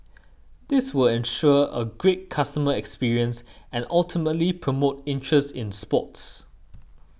this will ensure a great customer experience and ultimately promote interest in sports